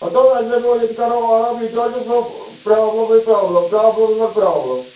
ہَتہٕ حظ اَسہِ دپیٛو ییٚتہِ کَرو آرام ییٚتہِ حظ چھِ سۄ پرٛابلَمٕے پرٛابلَم پرٛابلَمَن پٮ۪ٹھ پرٛابلَم